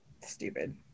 Stupid